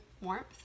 warmth